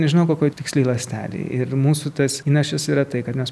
nežino kokioj tiksliai ląstelėj ir mūsų tas įnašas yra tai kad mes